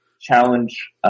challenge